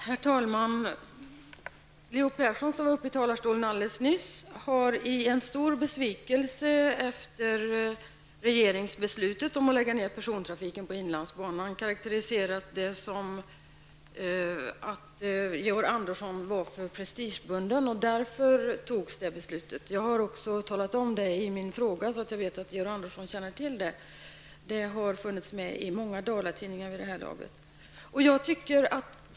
Herr talman! Leo Persson som var uppe i talarstolen nyss har i stor besvikelse efter regeringsbeslutet om att lägga ned persontrafiken på inlandsbanan karaktäriserat situationen som att Georg Andersson var för prestigebunden och att det här beslutet fattades därför. Jag har också talat om det i min fråga, så jag vet att Georg Andersson känner till det. Det har tagits upp i många Dalatidningar vid det här laget.